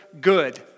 good